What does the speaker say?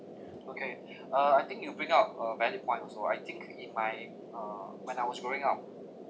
okay uh I think you bring up a valid point also I think in my uh when I was growing up